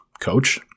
coach